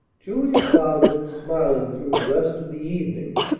julia cloud went smiling through the rest of the evening,